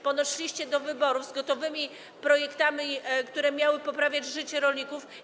Podeszliście do wyborów z gotowymi projektami, które miały poprawiać życie rolników.